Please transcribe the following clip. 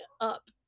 up